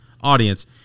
audience